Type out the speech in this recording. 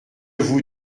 vous